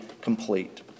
complete